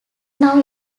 now